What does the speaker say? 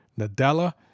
Nadella